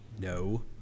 No